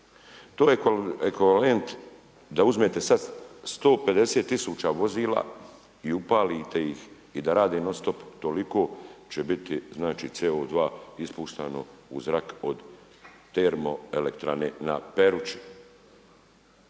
To je ekvivalent da uzmete sad 150000 vozila i upalite ih i da radite non-stop toliko, će biti, znači, CO2 ispuštano u zrak od termoelektrane na Peruči.